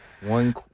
One